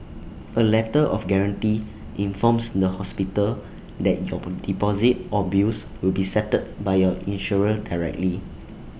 A letter of guarantee informs the hospital that your deposit or bills will be settled by your insurer directly